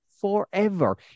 forever